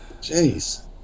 Jeez